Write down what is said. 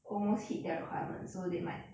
almost hit their requirement so they might